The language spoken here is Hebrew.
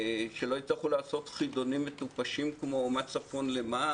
שלא הצטרכו לעשות חידונים מטופשים כמו מה צפון למה